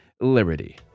Liberty